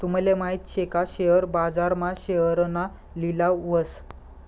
तूमले माहित शे का शेअर बाजार मा शेअरना लिलाव व्हस